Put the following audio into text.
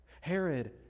Herod